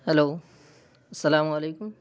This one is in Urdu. ہلو سلام و علیکم